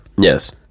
Yes